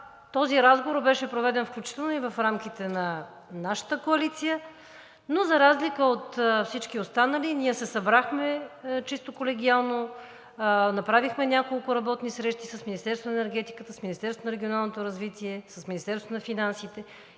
Този разговор беше проведен включително и в рамките на нашата коалиция, но за разлика от всички останали ние се събрахме чисто колегиално, направихме няколко работни срещи с Министерството на енергетиката, с Министерството на регионалното развитие, с Министерството на финансите